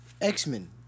X-Men